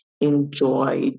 enjoy